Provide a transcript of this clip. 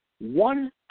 One